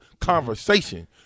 conversation